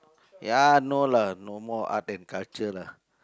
ya no lah no more Art and Culture lah